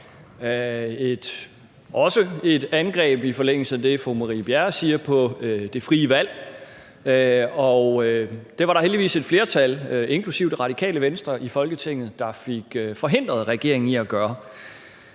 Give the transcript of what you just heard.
også et angreb i forlængelse af det, som fru Marie Bjerre siger, nemlig et angreb på det frie valg. Det var der heldigvis et flertal i Folketinget, inklusive Det Radikale Venstre, der fik forhindret regeringen i at gøre.